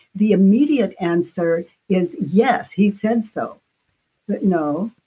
the immediate answer is, yes, he said so, but no,